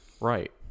right